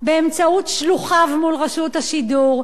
באמצעות שלוחיו מול רשות השידור,